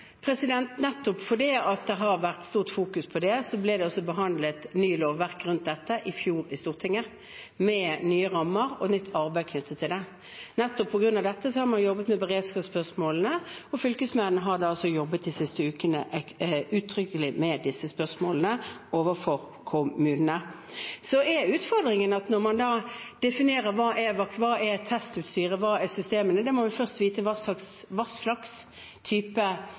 Nettopp fordi det har vært stort fokus på det, ble det behandlet et nytt lovverk rundt dette i Stortinget i fjor, med nye rammer og nytt arbeid knyttet til det. Nettopp på grunn av dette har man jobbet med beredskapsspørsmålene, og fylkesmennene har de siste ukene jobbet uttrykkelig med disse spørsmålene overfor kommunene. Så er utfordringen at når man definerer hva testutstyret er, hva systemene er, må vi først vite hva slags type situasjon vi er oppe i, hvilken type